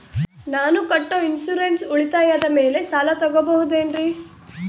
ನಾನು ಕಟ್ಟೊ ಇನ್ಸೂರೆನ್ಸ್ ಉಳಿತಾಯದ ಮೇಲೆ ಸಾಲ ತಗೋಬಹುದೇನ್ರಿ?